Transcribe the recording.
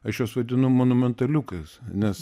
aš juos vadinu monumentaliukais nes